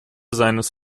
seines